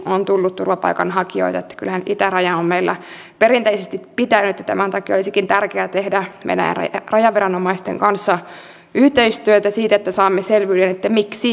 on hyvä että kuntien valtionosuuksia ei nyt leikata ja että kuntataloutta pyritään vahvistamaan esimerkiksi vaikkapa kuntien lakisääteisiä tehtäviä ja velvoitteita karsimalla